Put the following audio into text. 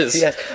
Yes